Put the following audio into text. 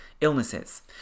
illnesses